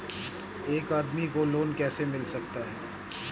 एक आदमी को लोन कैसे मिल सकता है?